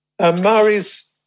Maoris